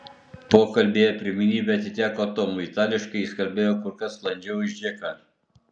pokalbyje pirmenybė atiteko tomui itališkai jis kalbėjo kur kas sklandžiau už džeką